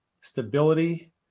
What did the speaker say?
stability